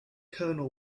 colonel